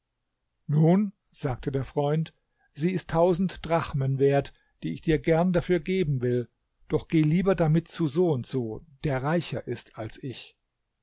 nun sagte der freund sie ist tausend drachmen wert die ich dir gern dafür geben will doch geh lieber damit zu n n der reicher ist als ich